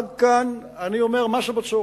עד כאן מס הבצורת.